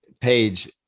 page